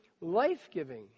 life-giving